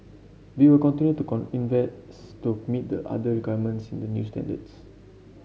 we will continue to invest to meet the other requirements in the new standards